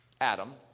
Adam